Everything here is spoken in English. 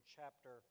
chapter